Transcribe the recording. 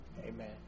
amen